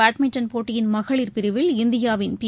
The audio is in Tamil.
பேட்மிண்டன் போட்டியின் மகளிர் பிரிவில் இந்தியாவின் சீனஒபன் பி